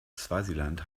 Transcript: swasiland